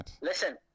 listen